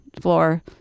floor